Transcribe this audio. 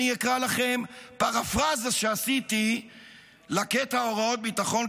אקרא לכם פרפרזה שעשיתי לקטע הוראות הביטחון,